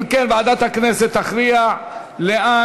אם כן, ועדת הכנסת תכריע לאן